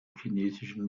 chinesischen